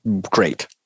great